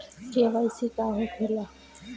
KYC का होखेला?